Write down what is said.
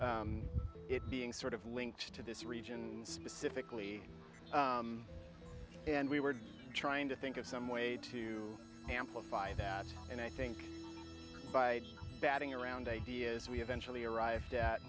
it being sort of links to this region specifically and we were trying to think of some way to amplify that and i think by batting around a d is we eventually arrived at